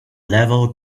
level